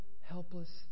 helpless